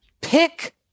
pick